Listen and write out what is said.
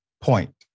point